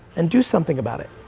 and do something about it.